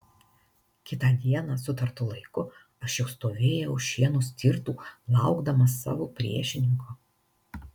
kitą dieną sutartu laiku aš jau stovėjau už šieno stirtų laukdamas savo priešininko